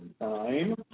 time